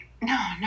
No